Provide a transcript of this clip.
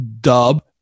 dub